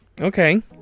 Okay